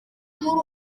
muri